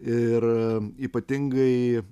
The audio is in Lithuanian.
ir ypatingai